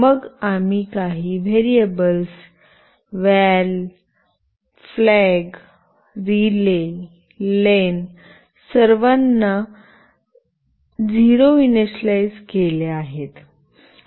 मग आम्ही काही variables val flag relay len val flag relay len सर्वाना एनिशलाईझ 0 केल्या आहेत